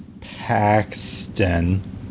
Paxton